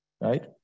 right